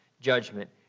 judgment